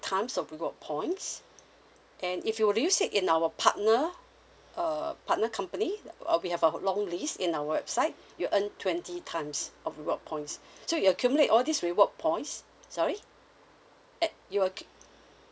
times of rewards points and if you were to use it in our partner uh partner company uh we have a long list in our website you earn twenty times of reward points so you accumulate all this reward points sorry at you're